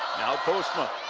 postma.